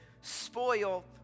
spoil